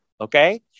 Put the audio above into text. okay